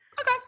Okay